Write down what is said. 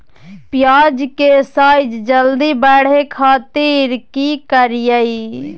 प्याज के साइज जल्दी बड़े खातिर की करियय?